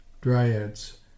dryads